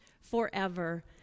forever